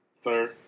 Sir